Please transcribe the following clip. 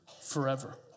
forever